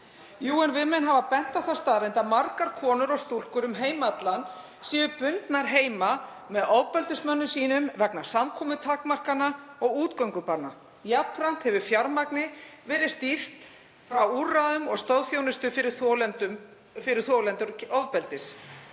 UN Women hafa bent á þá staðreynd að margar konur og stúlkur um heim allan séu bundnar heima með ofbeldismönnum sínum vegna samkomutakmarkana og útgöngubanna. Jafnframt hefur fjármagni verið stýrt frá úrræðum og stoðþjónustu fyrir þolendur ofbeldis.